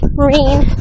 Marine